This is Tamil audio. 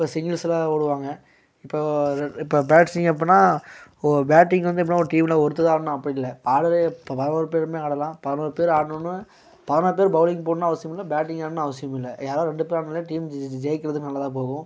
இப்போ சிங்கிள்ஸுலாம் ஓடுவாங்க இப்போ இப்போ அப்படின்னா ஒரு பேட்டிங் வந்து எப்படின்னா ஒரு டீமில் ஒருத்தர்தான் ஆடணும் அப்படி இல்லை ஆடுகிறது இப்போ பதினோரு பேருமே ஆடலாம் பதினோரு பேர் ஆடணும்ன்னா பதினோரு பேர் பவுலிங் போடணும்ன்னு அவசியம் இல்லை பேட்டிங் ஆடணும்ன்னு அவசியம் இல்லை யாராவது ரெண்டு பேர் ஆடினாலே டீம் ஜெயிக்கிறது நல்லதாக போகும்